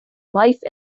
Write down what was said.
life